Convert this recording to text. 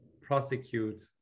prosecute